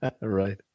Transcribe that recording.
Right